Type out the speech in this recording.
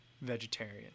vegetarian